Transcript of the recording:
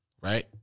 Right